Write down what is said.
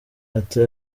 ati